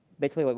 basically, like